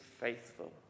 faithful